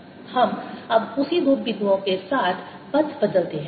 अब हम उसी दो बिंदुओं के साथ पथ बदलते हैं